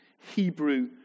Hebrew